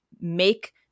make